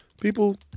people